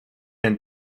and